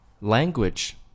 Language